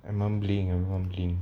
I mumbling I mumbling